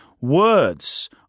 Words